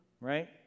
right